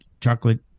chocolate